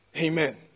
Amen